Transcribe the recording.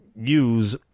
use